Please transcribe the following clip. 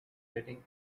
letting